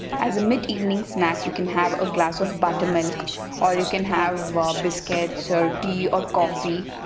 as a mid evening snack you can have a glass of buttermilk or you can have ah biscuits or tea or coffee.